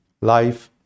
life